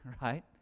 right